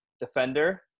defender